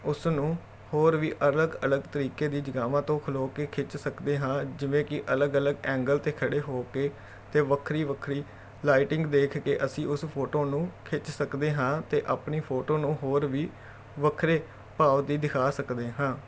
ਉਸ ਨੂੰ ਹੋਰ ਵੀ ਅਲੱਗ ਅਲੱਗ ਤਰੀਕੇ ਦੀ ਜਗ੍ਹਾਵਾਂ ਤੋਂ ਖਲੋ ਕੇ ਖਿੱਚ ਸਕਦੇ ਹਾਂ ਜਿਵੇਂ ਕਿ ਅਲੱਗ ਅਲੱਗ ਐਂਗਲ 'ਤੇ ਖੜ੍ਹੇ ਹੋ ਕੇ ਅਤੇ ਵੱਖਰੀ ਵੱਖਰੀ ਲਾਈਟਿੰਗ ਦੇਖ ਕੇ ਅਸੀਂ ਉਸ ਫੋਟੋ ਨੂੰ ਖਿੱਚ ਸਕਦੇ ਹਾਂ ਅਤੇ ਆਪਣੀ ਫੋਟੋ ਨੂੰ ਹੋਰ ਵੀ ਵੱਖਰੇ ਭਾਵ ਦੀ ਦਿਖਾ ਸਕਦੇ ਹਾਂ